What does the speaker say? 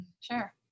Sure